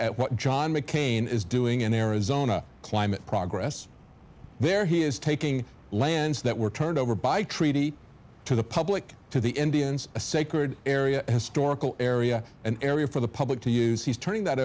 at what john mccain is doing in arizona climate progress there he is taking lands that were turned over by treaty to the public to the indians a sacred area historical area an area for the public to use he's turning that